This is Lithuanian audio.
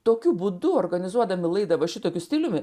tokiu būdu organizuodami laidą šitokiu stiliumi